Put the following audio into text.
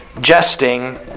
jesting